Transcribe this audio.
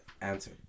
answer